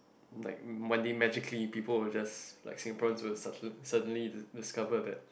like one day magically people will just like Singaporeans will suddenly suddenly discover that